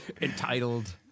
entitled